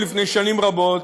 לפני שנים רבות,